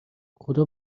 خدا